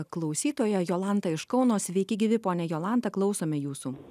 klausytoją jolantą iš kauno sveiki gyvi ponia jolanta klausome jūsų